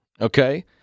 okay